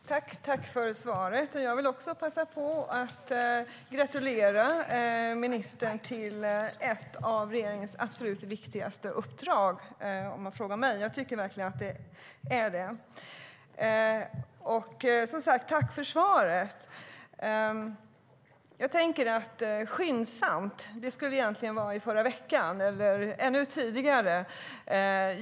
Herr talman! Tack, kulturministern, för svaret! Jag vill också passa på att gratulera ministern till ett av regeringens absolut viktigaste uppdrag - om man frågar mig; jag tycker verkligen att det är det. Som sagt, tack för svaret! Jag tänker att "skyndsamt" egentligen skulle ha varit förra veckan eller ännu tidigare.